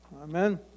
Amen